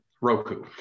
Roku